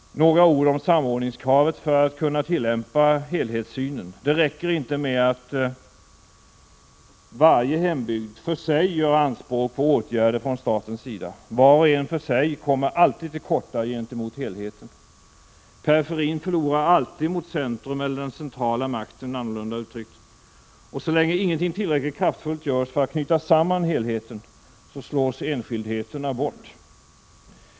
Några ord om samordningskravet för att kunna tillämpa helhetssynen. Det räcker inte med att ”varje hembygd” för sig gör anspråk på åtgärder från statens sida, var och en för sig kommer alltid till korta gentemot helheten. Periferin förlorar alltid mot centrum eller den centrala makten, annorlunda uttryckt. Så länge ingenting tillräckligt kraftfullt görs för att knyta samman helheten så slås ”enskildheterna” bort.